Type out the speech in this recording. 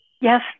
Yes